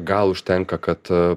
gal užtenka kad